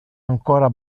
ancora